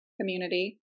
community